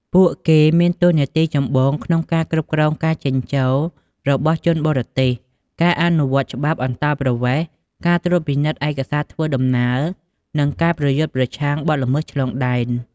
ពួកគេមានតួនាទីចម្បងក្នុងការ គ្រប់គ្រងការចេញចូលរបស់ជនបរទេស ការអនុវត្តច្បាប់អន្តោប្រវេសន៍ ការត្រួតពិនិត្យឯកសារធ្វើដំណើរ និងការប្រយុទ្ធប្រឆាំងបទល្មើសឆ្លងដែន។